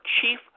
chief